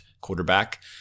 quarterback